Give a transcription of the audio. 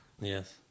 Yes